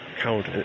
count